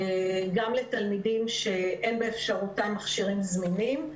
גם לתלמידים שאין באפשרותם מכשירים זמינים.